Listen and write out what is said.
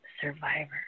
survivor